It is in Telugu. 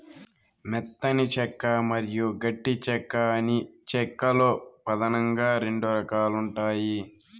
మెత్తని చెక్క మరియు గట్టి చెక్క అని చెక్క లో పదానంగా రెండు రకాలు ఉంటాయి